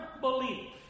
belief